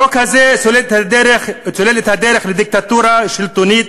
החוק הזה סולל דרך לדיקטטורה שלטונית,